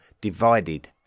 divided